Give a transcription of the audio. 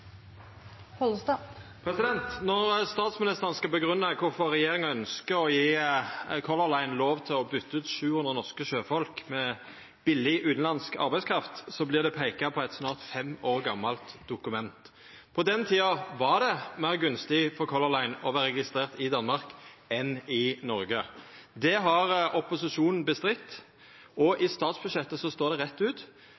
Pollestad. Når statsministeren skal grunngje kvifor regjeringa ønskjer å gje Color Line lov til å byta ut 700 norske sjøfolk med billig utanlandsk arbeidskraft, vert det peikt på eit snart fem år gamalt dokument. På den tida var det meir gunstig for Color Line å vera registrert i Danmark enn i Noreg. Det har opposisjonen bestridt, og